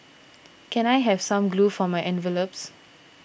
can I have some glue for my envelopes